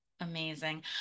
Amazing